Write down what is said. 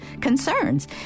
concerns